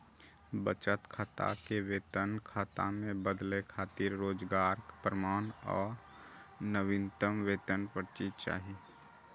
बचत खाता कें वेतन खाता मे बदलै खातिर रोजगारक प्रमाण आ नवीनतम वेतन पर्ची चाही